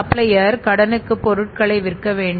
supplier கடனுக்கு பொருட்களை விற்க வேண்டும்